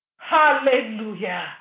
Hallelujah